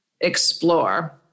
explore